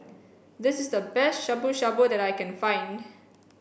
this is the best Shabu Shabu that I can find